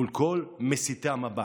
מול כל מסיטי המבט,